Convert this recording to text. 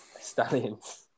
Stallions